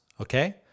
Okay